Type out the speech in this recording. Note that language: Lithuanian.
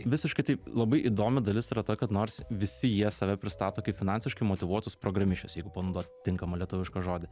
visiškai taip labai įdomi dalis yra ta kad nors visi jie save pristato kaip finansiškai motyvuotus programišius jeigu panaudot tinkamą lietuvišką žodį